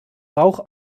rauch